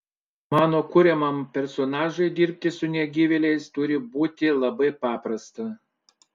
mano kuriamam personažui dirbti su negyvėliais turi būti labai paprasta